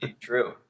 true